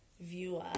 viewer